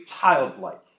childlike